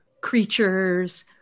creatures